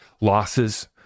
losses